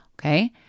okay